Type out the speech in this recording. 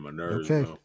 okay